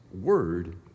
word